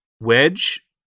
Wedge